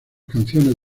canciones